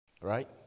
Right